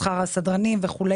שכר הסדרנים וכו',